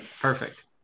Perfect